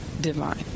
divine